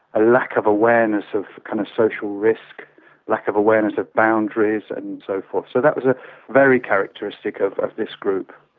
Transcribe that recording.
a lack of awareness of kind of social risk, a lack of awareness of boundaries and so forth. so that was ah very characteristic of of this group.